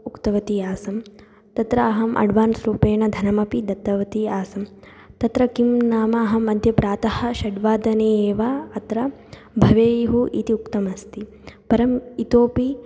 उक्तवती आसं तत्र अहम् अड्वान्स् रूपेण धनमपि दत्तवती आसं तत्र किं नाम अहम् अद्य प्रातः षड्वादने एव अत्र भवेयुः इति उक्तमस्ति परम् इतोऽपि